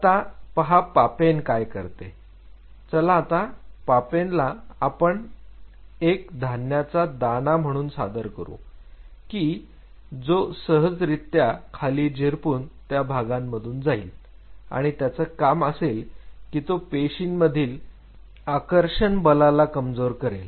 आता पहा पापेन काय करते चला आता पापेन ला आपण पण एक धान्याचा दाना म्हणून सादर करू की जो सहजरीत्या खाली झिरपून त्या भागांमधून जाईल आणि त्याचं काम असेल की तो पेशींमधील आकर्षण बलाला कमजोर करेल